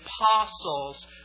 apostles